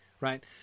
right